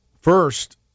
First